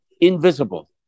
invisible